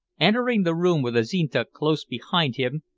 entering the room, with azinte close behind him,